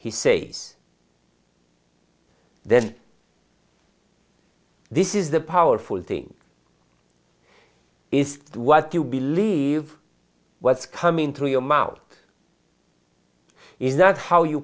he say's then this is the powerful thing is what you believe what's coming through your mouth is that how you